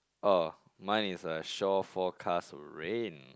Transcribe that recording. oh mine is a shore forecast rain